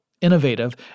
innovative